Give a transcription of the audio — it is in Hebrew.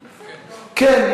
כן.